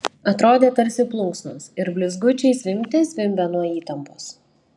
atrodė tarsi plunksnos ir blizgučiai zvimbte zvimbia nuo įtampos